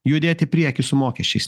judėt į priekį su mokesčiais